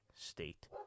state